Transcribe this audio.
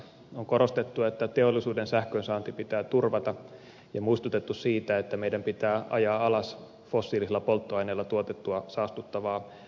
on korostettu että teollisuuden sähkönsaanti pitää turvata ja muistutettu siitä että meidän pitää ajaa alas fossiilisilla polttoaineilla tuotettua saastuttavaa sähköntuotantoa